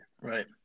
Right